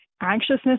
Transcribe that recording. anxiousness